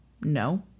no